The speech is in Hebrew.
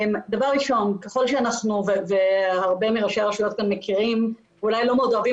הרבה מראשי הרשויות כאן מכירים ואולי לא מאוד אוהבים